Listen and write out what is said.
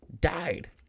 died